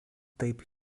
taip